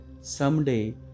someday